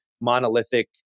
monolithic